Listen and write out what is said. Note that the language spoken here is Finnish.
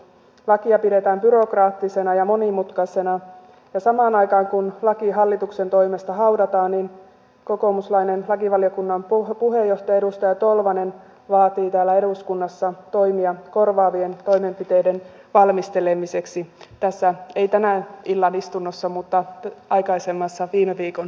lakia pidetään byrokraattisena ja monimutkaisena ja samaan aikaan kun laki hallituksen toimesta haudataan kokoomuslainen lakivaliokunnan puheenjohtaja edustaja tolvanen vaatii täällä eduskunnassa toimia korvaavien toimenpiteiden valmistelemiseksi ei tässä tämän illan istunnossa mutta aikaisemmassa viime viikon istunnossa